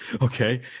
okay